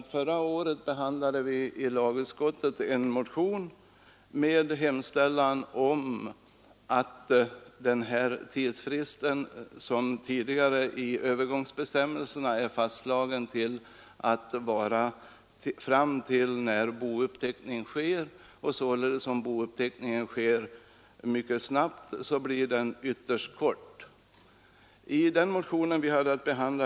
Förra året behandlade vi i lagutskottet en motion vari påpekades att tidsfristen för utomäktenskapliga barns arvsanspråk, som i övergångsbestämmelserna är fastslagen att vara fram till den dag då bouppteckning sker, kan bli mycket kort om bouppteckning sker snabbt.